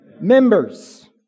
members